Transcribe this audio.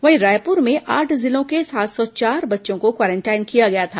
वहीं रायपुर में आठ जिलों के सात सौ बच्चे चार बच्चों को क्वारेंटाइन किया गया था